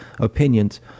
opinions